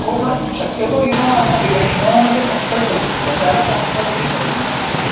हो मग शक्यतो इनोवा असावी कारण इनोवामध्ये कम्फर्ट होत बसायला कम्फर्टनेस आहे इनोवामध्ये